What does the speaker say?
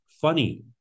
funny